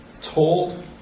told